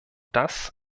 das